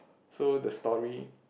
so the story